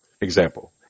example